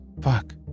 Fuck